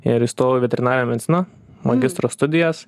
ir įstojau į veterinariją mediciną magistro studijas